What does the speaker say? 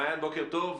מעיין, בוקר טוב.